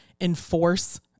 enforce